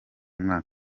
mwaka